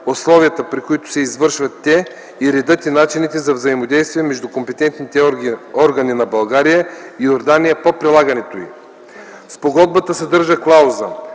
условията, при които се извършват те, и редът и начините за взаимодействие между компетентните органи на България и Йордания по прилагането й. Спогодбата съдържа клауза,